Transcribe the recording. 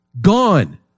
Gone